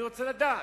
אני רוצה לדעת.